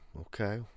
Okay